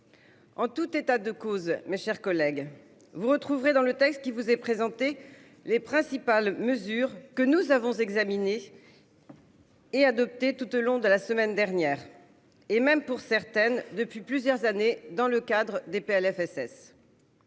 En tout état de cause, mes chers collègues, vous retrouverez dans le texte qui vous est présenté les principales mesures que nous avons examinées et adoptées tout au long de la semaine dernière et même, pour certaines, depuis plusieurs années dans le cadre de